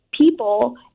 people